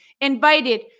invited